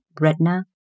retina